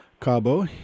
Cabo